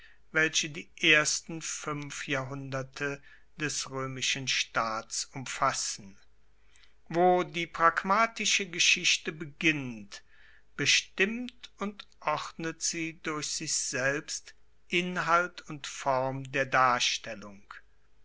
welche die ersten fuenf jahrhunderte des roemischen staats umfassen wo die pragmatische geschichte beginnt bestimmt und ordnet sie durch sich selbst inhalt und form der darstellung